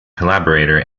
collaborator